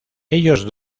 ellos